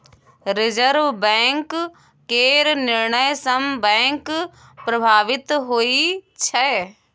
reserve bank केर निर्णय सँ बैंक प्रभावित होइ छै